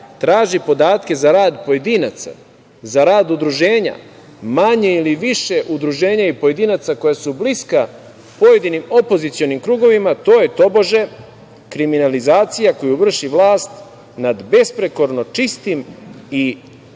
traži podatke za rad pojedinaca, za rad udruženja, manje ili više udruženja i pojedinaca koja su bliska pojedinim opozicionim krugovima, to je tobože kriminalizacija koju vrši vlast nad besprekorno čistim i